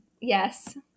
yes